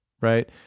right